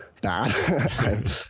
bad